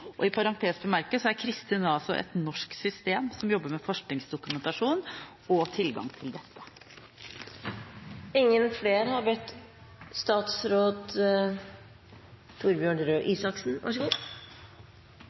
I parentes bemerket er CRIStin et norsk system som jobber med forskningsdokumentasjon og tilgang til dette.